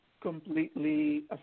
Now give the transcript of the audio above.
completely